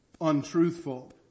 untruthful